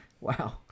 Wow